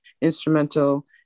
instrumental